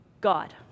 God